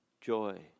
joy